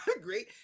great